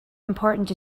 important